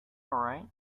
right